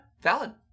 Valid